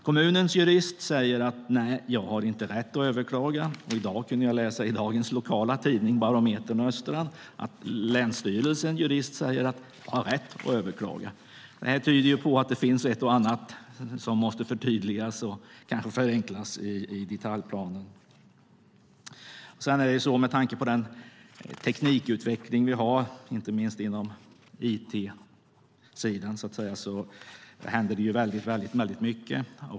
Kommunens jurist säger att jag inte har rätt att överklaga. I dag kunde jag läsa i våra lokala tidningar Barometern och Östran att länsstyrelsens jurist säger att jag har rätt att överklaga. Det här tyder på att det finns ett och annat som måste förtydligas och förenklas i reglerna för detaljplaner. Med tanke på teknikutvecklingen, inte minst på it-sidan, händer mycket.